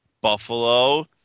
Buffalo